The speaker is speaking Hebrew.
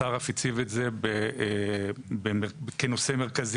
השר אף הציב את זה כנושא מרכזי